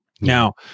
Now